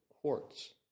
quartz